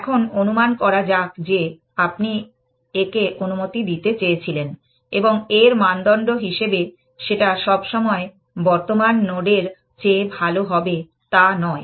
এখন অনুমান করা যাক যে আপনি একে অনুমতি দিতে চেয়েছিলেন এবং এর মানদণ্ড হিসেবে সেটা সবসময় বর্তমান নোড এর চেয়ে ভালো হবে তা নয়